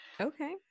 Okay